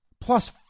Plus